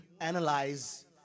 analyze